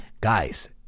guys